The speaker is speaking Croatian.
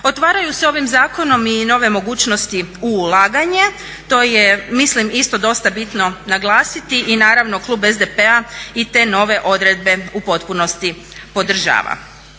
Otvaraju se ovim zakonom i nove mogućnosti u ulaganje, to je mislim isto dosta bitno naglasiti i naravno klub SDP-a i te nove odredbe u potpunosti podržava.